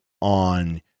on